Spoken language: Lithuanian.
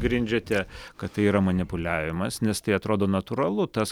grindžiate kad tai yra manipuliavimas nes tai atrodo natūralu tas